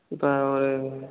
இப்போ ஒரு